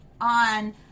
On